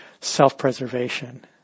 self-preservation